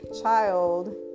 child